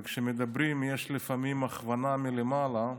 וכשמדברים יש לפעמים הכוונה מלמעלה,